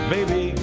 Baby